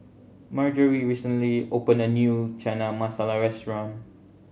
Marjory recently opened a new Chana Masala Restaurant